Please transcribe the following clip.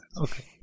Okay